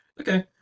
Okay